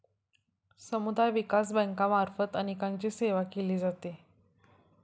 समुदाय विकास बँकांमार्फत अनेकांची सेवा केली जाते